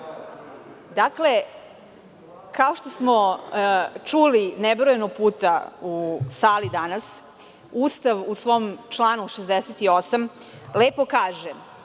Kao što smo čuli nebrojeno puta u sali danas, Ustav u svom članu 68. lepo kaže